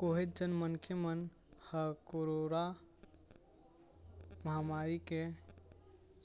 काहेच झन मनखे मन ह कोरोरा महामारी के